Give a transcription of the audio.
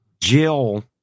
Jill